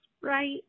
right